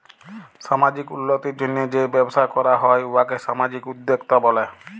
সামাজিক উল্লতির জ্যনহে যে ব্যবসা ক্যরা হ্যয় উয়াকে সামাজিক উদ্যোক্তা ব্যলে